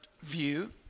view